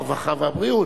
הרווחה והבריאות,